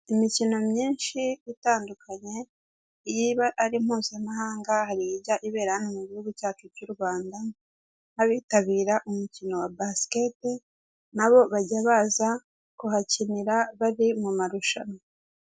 Imikino myinshi itandukanye iyiba ari mpuzamahanga hari ijya ibera hano mu gihugu cyacu cy'u Rwanda, nk'abitabira umukino wa basikete n'abo bajya baza kuhakinira bari mu marushanwa.